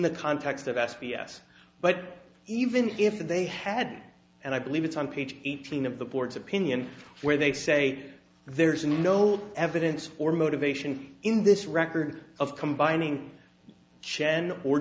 the context of s b s but even if they had and i believe it's on page eighteen of the board's opinion where they say there's no evidence for motivation in this record of combining chen or